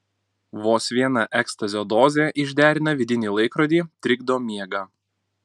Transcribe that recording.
vos viena ekstazio dozė išderina vidinį laikrodį trikdo miegą